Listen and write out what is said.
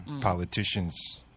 Politicians